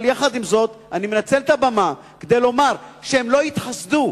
אבל יחד עם זאת אני מנצל את הבמה כדי לומר שהם לא יתחסדו,